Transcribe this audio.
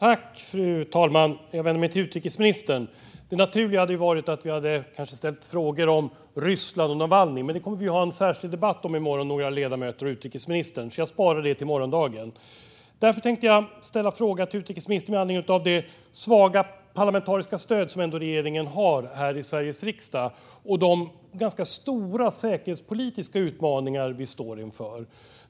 Fru talman! Jag vänder mig till utrikesministern. Det naturliga hade varit att vi hade ställt frågor om Ryssland och Navalnyj, men vi är några ledamöter som kommer att ha en särskild debatt med utrikesministern i morgon, så jag sparar den frågan till morgondagen. Därför tänkte jag ställa en fråga med anledning av det svaga parlamentariska stöd som regeringen har i Sveriges riksdag och de ganska stora säkerhetspolitiska utmaningar vi står inför.